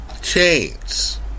chains